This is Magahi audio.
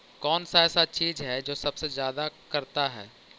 कौन सा ऐसा चीज है जो सबसे ज्यादा करता है?